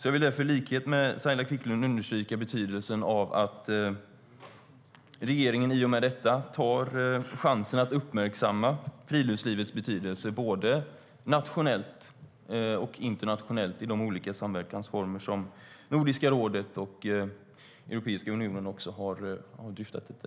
Jag vill därför i likhet med Saila Quicklund understryka betydelsen av att regeringen i och med detta tar chansen att uppmärksamma friluftslivets betydelse både nationellt och internationellt i de olika samverkansformer som Nordiska rådet och Europeiska unionen också har dryftat detta i.